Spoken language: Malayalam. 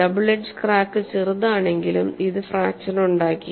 ഡബിൾ എഡ്ജ് ക്രാക്ക് ചെറുതാണെങ്കിലും ഇത് ഫ്രാക്ച്ചറുണ്ടാക്കി